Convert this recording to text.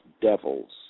devils